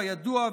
כידוע,